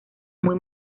muy